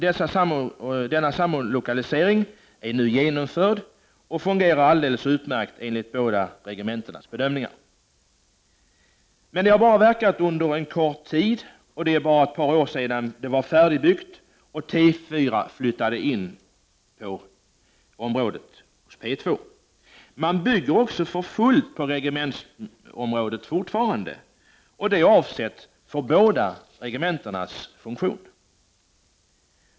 Denna samlokalisering är nu genomförd och fungerar, enligt båda regementenas bedömning, alldeles utmärkt. Men det här har verkat bara under en kort tid. Det är bara ett par år sedan det blev färdigbyggt och T4 flyttade in på P2:s område. Man bygger fortfarande för fullt på regementsområdet, och byggandet gäller båda regementenas funktion.